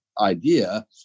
idea